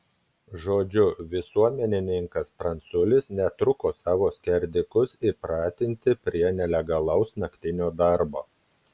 žodžiu visuomenininkas pranculis netruko savo skerdikus įpratinti prie nelegalaus naktinio darbo